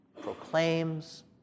proclaims